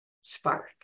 Spark